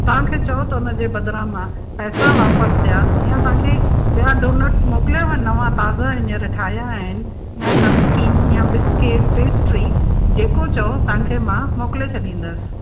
तव्हां खे चओ त उन जे बदिरां मां पैसा वापसि ॾियां या तव्हां खे ॿिया डोनट्स मोकिलियांव नवां ताज़ा हींअर ठाहियां आहिनि या नमकीन या बिस्किट पेस्ट्री जेको चओ तव्हां खे मां मोकिले छॾींदसि